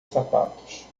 sapatos